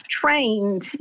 trained